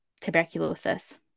tuberculosis